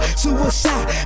suicide